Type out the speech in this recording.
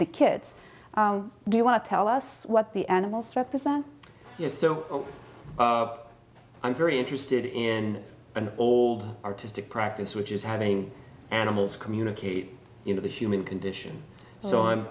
the kids do you want to tell us what the animals represent is so i'm very interested in an old artistic practice which is having animals communicate you know the human condition so i'm